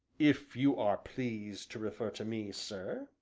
if you are pleased to refer to me, sir,